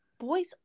boys